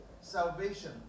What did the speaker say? salvation